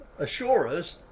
assurers